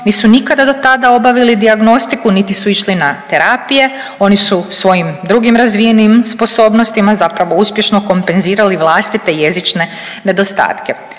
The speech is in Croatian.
nisu nikada do tada obavili dijagnostiku niti su išli na terapije, oni su svojim drugim razvijenim sposobnostima zapravo uspješno kompenzirali vlastite jezične nedostatke.